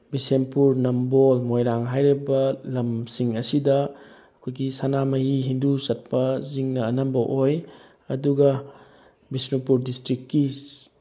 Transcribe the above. ꯕꯤꯁꯦꯝꯄꯨꯔ ꯅꯝꯕꯣꯜ ꯃꯣꯏꯔꯥꯡ ꯍꯥꯏꯔꯤꯕ ꯂꯝꯁꯤꯡ ꯑꯁꯤꯗ ꯑꯩꯈꯣꯏꯒꯤ ꯁꯅꯥꯃꯍꯤ ꯍꯤꯟꯗꯨ ꯆꯠꯄꯁꯤꯡꯅ ꯑꯅꯝꯕ ꯑꯣꯏ ꯑꯗꯨꯒ ꯕꯤꯁꯅꯨꯄꯨꯔ ꯗꯤꯁꯇ꯭ꯔꯤꯛꯀꯤ